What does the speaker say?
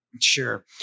Sure